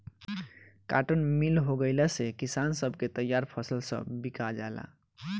cotton mill हो गईला से किसान सब के तईयार फसल सब बिका जाला